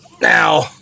Now